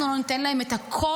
אנחנו לא ניתן להם את הכול?